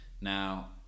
Now